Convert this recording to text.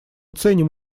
ценим